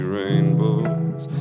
rainbows